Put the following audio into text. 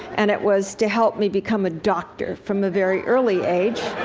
and it was to help me become a doctor from a very early age.